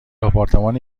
آپارتمان